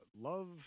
Love